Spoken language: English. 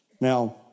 Now